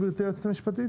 גברתי היועצת המשפטית,